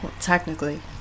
technically